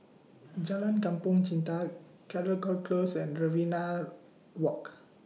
Jalan Kampong Chantek Caldecott Close and Riverina Walk